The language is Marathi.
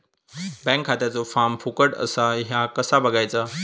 बँक खात्याचो फार्म फुकट असा ह्या कसा बगायचा?